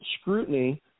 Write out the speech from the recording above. scrutiny